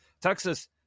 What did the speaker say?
Texas